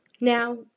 Now